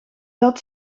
dat